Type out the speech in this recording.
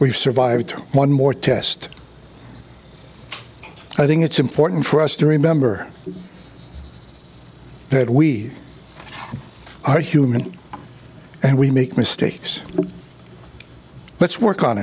we've survived one more test i think it's important for us to remember that we are human and we make mistakes let's work on